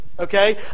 Okay